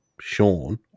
Sean